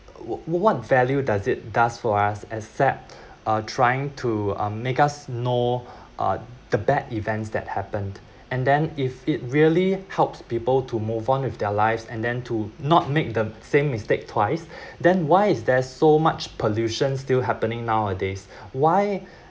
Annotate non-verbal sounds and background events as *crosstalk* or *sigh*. what what value does it does for us except uh trying to uh make us know uh the bad events that happened and then if it really helps people to move on with their lives and then to not make the same mistake twice *breath* then why is there so much pollution still happening nowadays why